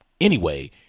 anyway-